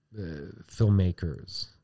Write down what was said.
filmmakers